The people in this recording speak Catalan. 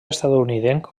estatunidenc